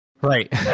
Right